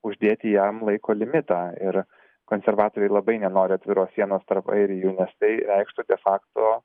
uždėti jam laiko limitą ir konservatoriai labai nenori atviros sienos tarp airijų nes tai reikštų de fakto